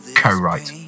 co-write